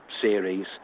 series